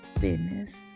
business